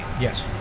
Yes